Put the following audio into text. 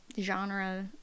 genre